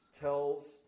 tells